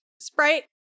Sprite